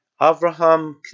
Avraham